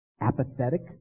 Apathetic